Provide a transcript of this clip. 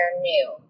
new